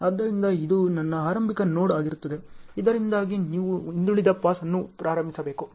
ಆದ್ದರಿಂದ ಇದು ನನ್ನ ಆರಂಭಿಕ ನೋಡ್ ಆಗಿರುತ್ತದೆ ಇದರೊಂದಿಗೆ ನೀವು ಹಿಂದುಳಿದ ಪಾಸ್ ಅನ್ನು ಪ್ರಾರಂಭಿಸಬೇಕು